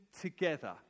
together